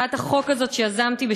הצעת החוק הזאת שיזמתי,